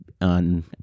on